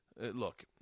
look